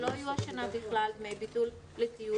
שלא יהיו השנה בכלל דמי ביטול לטיולים.